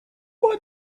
but